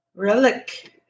Relic